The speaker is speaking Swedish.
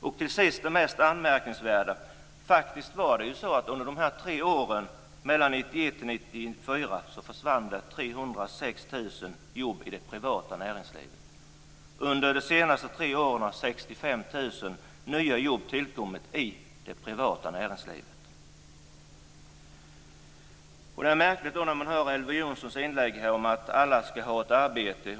Slutligen, och mest anmärkningsvärt: Under de tre åren 1991-1994 försvann 306 000 jobb i det privata näringslivet. Under de senaste tre åren har 65 000 nya jobb tillkommit i det privata näringslivet. Det är märkligt att höra Elver Jonssons inlägg här där han säger att alla skall ha ett arbete.